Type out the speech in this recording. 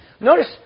Notice